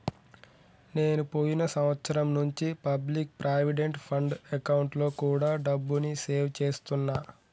నేను పోయిన సంవత్సరం నుంచి పబ్లిక్ ప్రావిడెంట్ ఫండ్ అకౌంట్లో కూడా డబ్బుని సేవ్ చేస్తున్నా